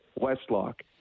Westlock